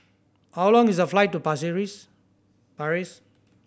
how long is the flight to Paris